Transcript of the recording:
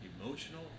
emotional